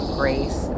grace